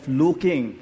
looking